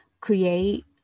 create